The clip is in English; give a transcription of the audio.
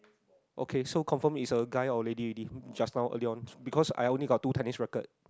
okay so confirm is a guy or lady already just now earlier on because I only got two tennis rackets